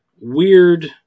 weird